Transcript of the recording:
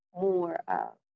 more